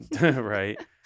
Right